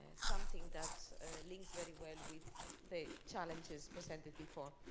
something that links very well with the challenges presented before.